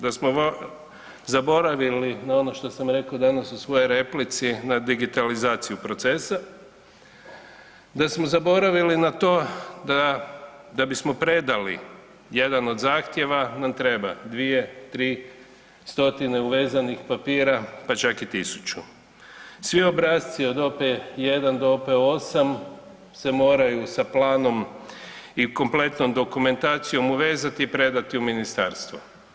Da smo zaboravili na ono što sam reko danas u svojoj replici, na digitalizaciju procesa, da smo zaboravili na to da, da bismo predali jedan od zahtjeva nam treba dvije, tri, stotine uvezanih papira, pa čak i tisuću, svi obrasci od OP-1 do OP-8 se moraju sa planom i kompletnom dokumentacijom uvezati i predati u ministarstvo?